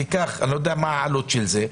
תיקח אני לא יודע מה העלות של זה,